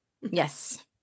Yes